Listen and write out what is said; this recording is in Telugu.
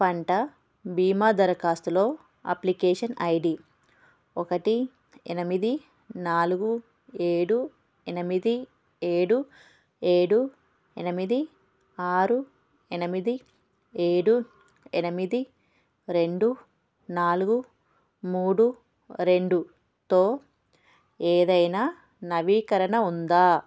పంట బీమా దరఖాస్తులో అప్లికేషన్ ఐ డీ ఒకటి ఎనిమిది నాలుగు ఏడు ఎనిమిది ఏడు ఏడు ఎనిమిది ఆరు ఎనిమిది ఏడు ఎనిమిది రెండు నాలుగు మూడు రెండుతో ఏదైనా నవీకరణ ఉందా